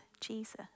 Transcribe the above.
Jesus